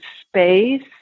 space